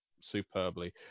superbly